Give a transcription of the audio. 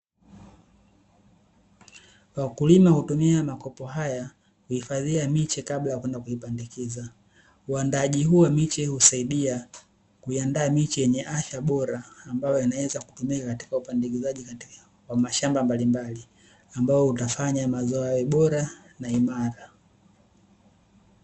Wakulima hutumia makopo haya kuhifadhia miche kabla ya kwenda kuipandikiza. Uandaaji huu wa miche husaidia kuiandaa miche yenye afya bora, ambayo inaweza kutumika katika upandikizaji wa mashamba mbalimbali, ambao utafanya mazao yawe bora na imara.